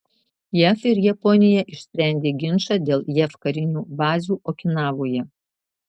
jav ir japonija išsprendė ginčą dėl jav karinių bazių okinavoje